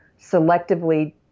selectively